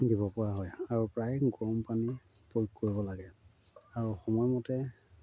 দিব পৰা হয় আৰু প্ৰায় গৰম পানী প্ৰয়োগ কৰিব লাগে আৰু সময়মতে